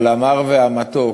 על המר והמתוק",